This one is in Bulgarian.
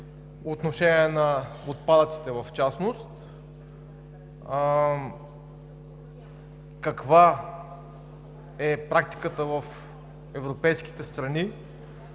отношение на отпадъците в частност; каква е практиката в европейските страни;